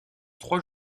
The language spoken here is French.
trois